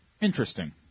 Interesting